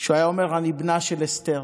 שהוא היה אומר: אני בנה של אסתר.